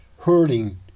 hurting